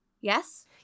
yes